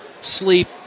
sleep